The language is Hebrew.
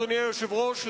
אדוני היושב-ראש,